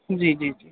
جی جی ٹھیک